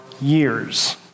years